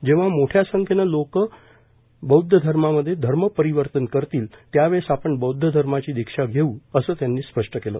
जेव्हा मोठ्या संख्येने लोक बौद्ध धर्मामध्ये धर्मपरिवर्तन करतील त्यावेळेस आपण बौद्ध धर्माची दीक्षा घेऊ असे त्यांनी स्पष्ट केले